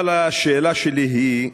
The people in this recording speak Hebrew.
אבל השאלה שלי היא: